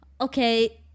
okay